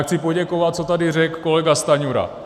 Chci poděkovat, co tady řekl kolega Stanjura.